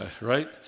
right